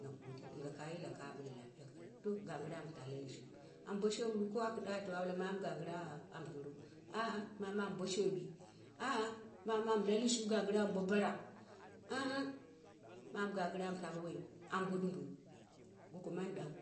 Nagode, ɗinga ka yilaka? Aɓale lapiya ka lau to gigɨra amta la lasu shu, am bo showiru ko aku ɗako? Aɓale a a mamu gangɨre an toro, a- a mamu amnbo sho bi a- a, mamu an lalushu am bo bara, ga mamu gangɨre am to bo woyiu ambo dumbo, mandang,